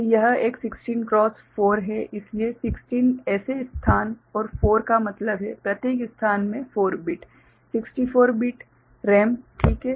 तो यह एक 16 क्रॉस 4 है इसलिए 16 ऐसे स्थान और 4 का मतलब है प्रत्येक स्थान में 4 बिट 64 बिट रैम ठीक है